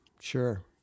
sure